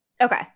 Okay